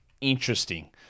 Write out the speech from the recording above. interesting